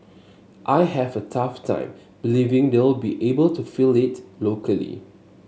I have a tough time believing they'll be able to fill it locally